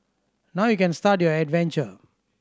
now you can start your adventure